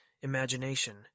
imagination